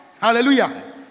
Hallelujah